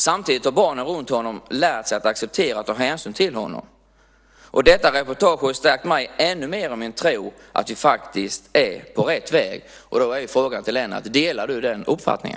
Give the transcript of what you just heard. Samtidigt har barnen runt honom lärt sig att acceptera och ta hänsyn till honom. Detta reportage har stärkt mig ännu mer i min tro att vi faktiskt är på rätt väg. Då är frågan till Lennart: Delar du den uppfattningen?